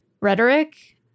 rhetoric